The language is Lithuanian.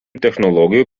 technologijų